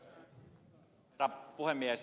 herra puhemies